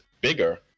bigger